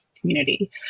community